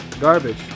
Garbage